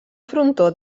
frontó